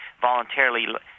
voluntarily